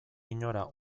inora